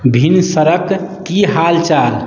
भिनसरक की हाल चाल